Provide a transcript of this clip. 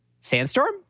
Sandstorm